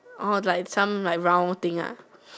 orh like some like round thing ah